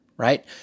right